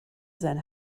sein